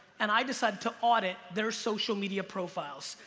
and i decided to audit their social media profiles,